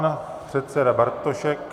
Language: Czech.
Pan předseda Bartošek.